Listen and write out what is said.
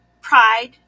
Pride